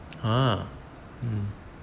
!huh! um